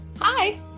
hi